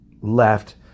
left